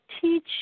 teach